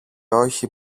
όχι